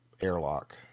airlock